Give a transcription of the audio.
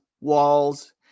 Walls